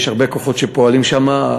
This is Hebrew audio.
יש הרבה כוחות שפועלים שם.